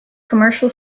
commercial